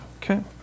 Okay